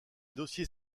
dossiers